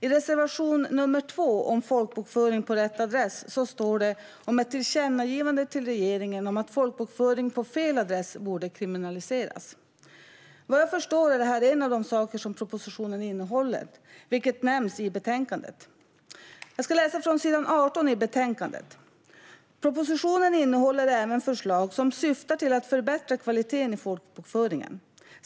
I reservation nr 2 om folkbokföring på rätt adress står det om ett tillkännagivande till regeringen om att folkbokföring på fel adress borde kriminaliseras. Vad jag förstår är detta en av de saker som propositionen innehåller, vilket nämns i betänkandet. Jag läser från s. 18 i betänkandet: "Propositionen innehåller även förslag som syftar till att förbättra kvaliteten i folkbokföringen.